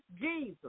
Jesus